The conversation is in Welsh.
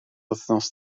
wythnos